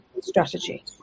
strategy